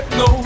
no